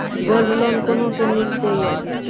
Gold loan कोना के मिलते यो?